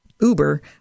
Uber